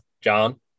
John